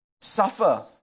suffer